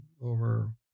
over